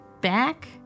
back